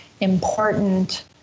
important